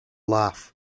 laugh